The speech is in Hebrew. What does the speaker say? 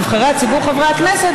נבחרי הציבור חברי הכנסת,